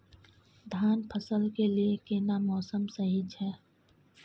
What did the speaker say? धान फसल के लिये केना मौसम सही छै?